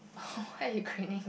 oh why you grinning